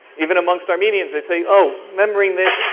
even amongst armenians they say, oh, remembering this,